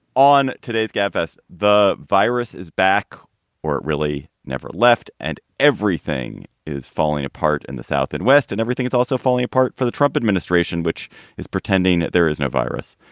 on today's gabfest, the virus is back where it really never left and everything is falling apart in the south and west and everything. it's also falling apart for the trump administration, which is pretending that there is no virus.